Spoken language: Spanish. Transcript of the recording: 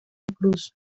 cruz